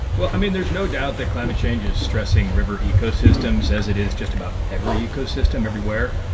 well, i mean, there's no doubt that climate change is stressing river ecosystems, as it is just about every ecosystem everywhere.